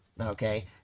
okay